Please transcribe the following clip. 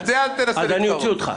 אז אני אוציא אותך.